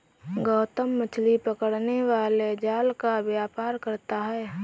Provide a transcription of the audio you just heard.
गौतम मछली पकड़ने वाले जाल का व्यापार करता है